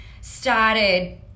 started